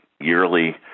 yearly